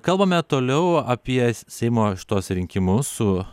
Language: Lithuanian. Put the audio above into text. kalbame toliau apie seimo šituos rinkimus su